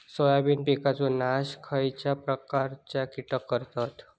Soybean पिकांचो नाश खयच्या प्रकारचे कीटक करतत?